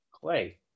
Clay